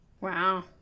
Wow